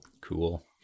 Cool